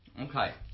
Okay